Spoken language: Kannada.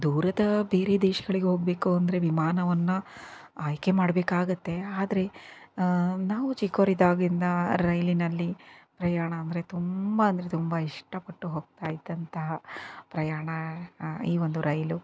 ದೂರದ ಬೇರೆ ದೇಶಗಳಿಗೆ ಹೋಗಬೇಕು ಅಂದರೆ ವಿಮಾನವನ್ನು ಆಯ್ಕೆ ಮಾಡಬೇಕಾಗತ್ತೆ ಆದರೆ ನಾವು ಚಿಕ್ಕವರಿದ್ದಾಗಿನಿಂದ ರೈಲಿನಲ್ಲಿ ಪ್ರಯಾಣ ಅಂದರೆ ತುಂಬ ಅಂದರೆ ತುಂಬ ಇಷ್ಟ ಪಟ್ಟು ಹೋಗ್ತಾಯಿದ್ದಂತಹ ಪ್ರಯಾಣ ಈ ಒಂದು ರೈಲು